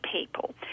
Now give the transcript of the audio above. people